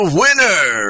winner